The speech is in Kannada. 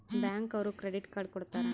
ಬ್ಯಾಂಕ್ ಅವ್ರು ಕ್ರೆಡಿಟ್ ಅರ್ಡ್ ಕೊಡ್ತಾರ